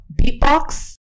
Beatbox